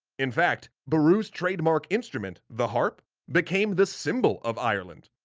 in fact beru's trademark instrument, the harp, became the symbol of ireland.